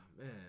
Man